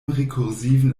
rekursiven